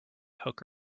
hook